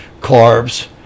carbs